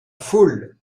foule